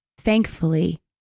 thankfully